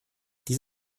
dies